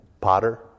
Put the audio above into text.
Potter